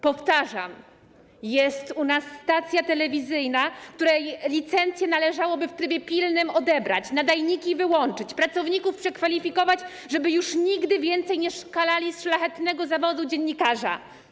Powtarzam: jest u nas stacja telewizyjna, której licencję należałoby w trybie pilnym odebrać, nadajniki wyłączyć, pracowników przekwalifikować, żeby już nigdy więcej nie skalali szlachetnego zawodu dziennikarza.